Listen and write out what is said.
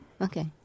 Okay